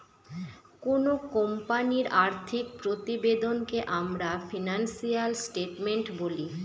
কোনো কোম্পানির আর্থিক প্রতিবেদনকে আমরা ফিনান্সিয়াল স্টেটমেন্ট বলি